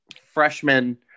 freshman